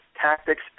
tactics